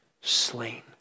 slain